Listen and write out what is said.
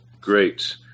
great